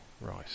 right